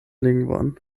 lingvon